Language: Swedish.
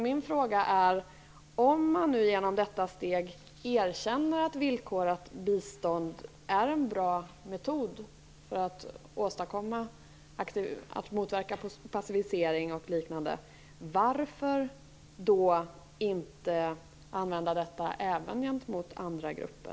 Min fråga är: Om man nu genom detta steg erkänner att villkorat bistånd är en bra metod för att motverka passivisering och liknande, varför då inte använda detta även gentemot andra grupper?